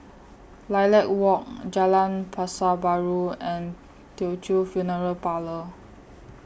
Lilac Walk Jalan Pasar Baru and Teochew Funeral Parlour